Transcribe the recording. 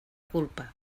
culpa